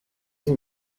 این